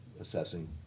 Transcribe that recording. assessing